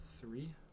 three